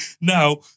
Now